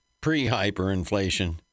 pre-hyperinflation